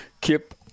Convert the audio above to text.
Kip –